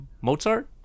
Mozart